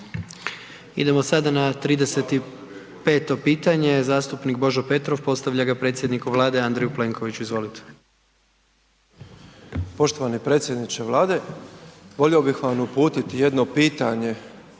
Idemo sada na 35. pitanje, zastupnik Božo Petrov postavlja ga predsjedniku Vlade Andreju Plenkoviću, izvolite. **Petrov, Božo (MOST)** Poštovani predsjedniče Vlade, volio bih vam uputiti jedno pitanje